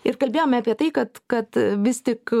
ir kalbėjome apie tai kad kad vis tik